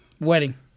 Wedding